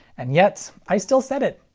and yet. i still said it.